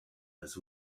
has